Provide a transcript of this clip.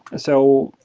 so,